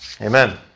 Amen